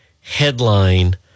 headline